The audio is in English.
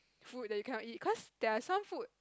food you cannot eat cause there are some food